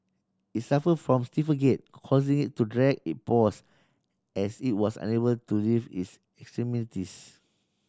it suffer from stiffer gait causing it to drag it paws as it was unable to lift its extremities